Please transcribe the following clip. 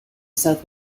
south